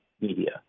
media